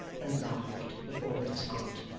and laughed with all his heart.